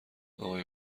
آقای